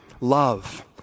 love